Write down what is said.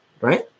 right